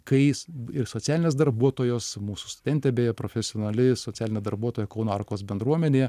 kai jis ir socialinės darbuotojos mūsų stende beje profesionali socialinė darbuotoja kauno arkos bendruomenėje